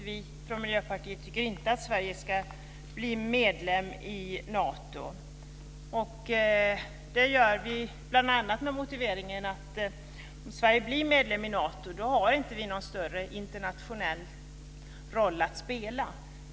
Vi från Miljöpartiet tycker inte att Sverige ska bli medlem i Nato. Det gör vi bl.a. med motiveringen att om Sverige blir medlem i Nato har vi inte någon större internationell roll att spela.